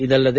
ಇದಲ್ಲದೆ